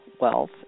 wealth